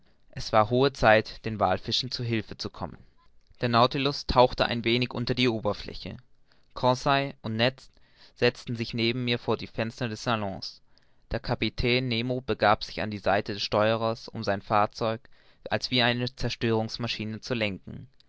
es war hohe zeit den wallfischen zu hilfe zu kommen der nautilus tauchte ein wenig unter die oberfläche conseil und ned setzten sich neben mich vor die fenster des salons der kapitän nemo begab sich an die seite des steuerers um sein fahrzeug als wie eine zerstörungsmaschine zu lenken